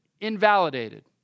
invalidated